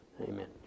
Amen